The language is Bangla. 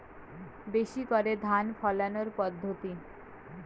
বেশি করে ধান ফলানোর পদ্ধতি?